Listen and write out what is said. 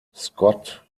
scott